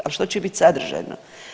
Ali što će biti sadržajno?